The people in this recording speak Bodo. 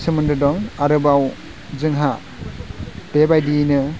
सोमोन्दो दं आरोबाव जोंहा बेबायदियैनो